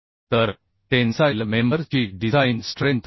तर tensile member ची design strength 454